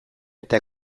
eta